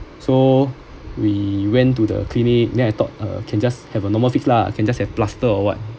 so we went to the clinic then I thought uh can just have a normal fix lah can just have plaster or what